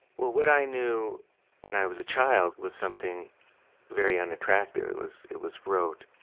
well, what i knew when i was a child was something very unattractive. it was it was rote,